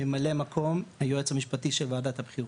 ממלא מקום היועץ המשפטי של וועדת הבחירות,